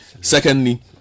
Secondly